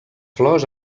flors